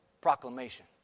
proclamation